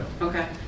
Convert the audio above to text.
Okay